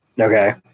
okay